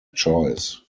choice